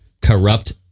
corrupt